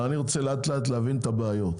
אבל אני רוצה לאט לאט להבין את הבעיות.